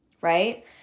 Right